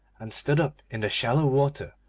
and stood up in the shallow water,